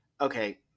Okay